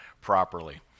properly